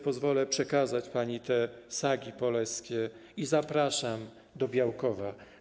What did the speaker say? Pozwolę sobie przekazać pani te sagi poleskie i zapraszam do Białkowa.